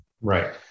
Right